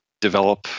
develop